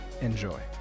Enjoy